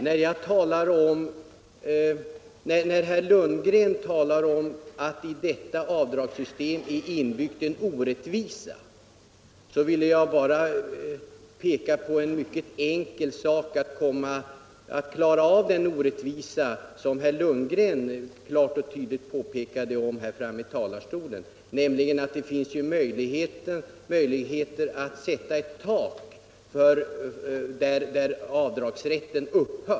När herr Lundgren talar om att i detta avdragssystem är inbyggd en orättvisa, vill jag bara peka på ett enkelt sätt att klara upp den orättvisan, nämligen att det finns möjligheter att sätta ett tak för avdragsrätten.